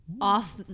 off